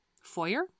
foyer